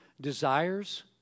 desires